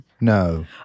No